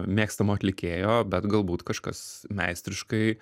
mėgstamo atlikėjo bet galbūt kažkas meistriškai